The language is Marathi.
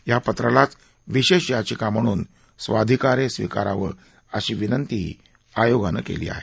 या पत्रालाच विशेष याचिका म्हणून स्वाधिकारे स्वीकारावन अशी विनंतीही आयोगानं केली आहे